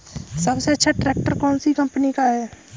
सबसे अच्छा ट्रैक्टर कौन सी कम्पनी का है?